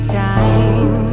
time